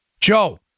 Joe